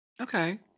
Okay